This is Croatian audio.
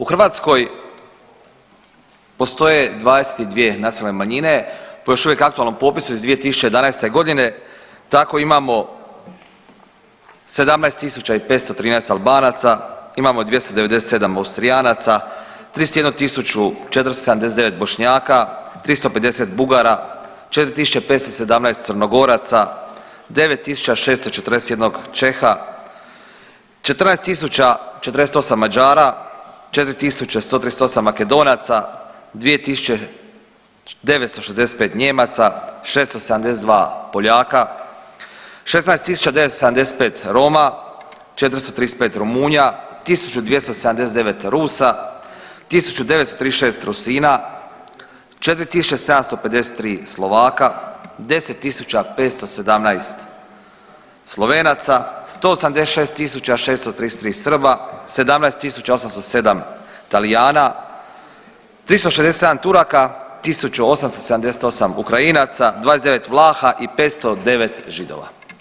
U Hrvatskoj postoje 22 nacionalne manjine po još uvijek aktualnom popisu iz 2011.g. tako imamo 17.513 Albanaca, imamo 297 Austrijanaca, 31.479 Bošnjaka, 350 Bugara, 4.517 Crnogoraca, 9.641 Čeha, 14.048 Mađara, 4.138 Makedonaca, 2.965 Nijemaca, 672 Poljaka, 16,975 Roma, 435 Rumunja, 1.279 Rusa, 1,936 Rusina, 4.753 Slovaka, 10.517 Slovenaca, 186.633 Srba, 17.807 Talijana, 367 Turaka, 1.878 Ukrajinaca, 29 Vlaha i 509 Židova.